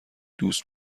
دوست